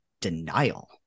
denial